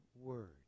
word